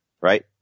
right